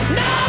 no